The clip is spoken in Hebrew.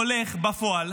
הולך בפועל